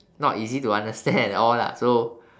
not easy to understand at all lah so